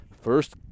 First